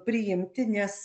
priimti nes